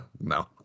no